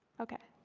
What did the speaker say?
ok,